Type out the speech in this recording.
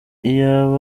iyaba